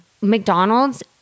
McDonald's